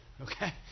okay